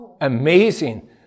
Amazing